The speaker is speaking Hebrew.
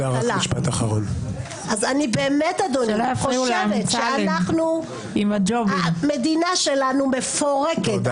אז אני חושבת שהמדינה שלנו מפורקת,